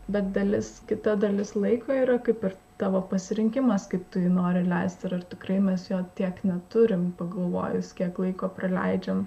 bet dalis kita dalis laiko yra kaip ir tavo pasirinkimas kaip tu jį nori leisti ir ar tikrai mes jo tiek neturim pagalvojus kiek laiko praleidžiam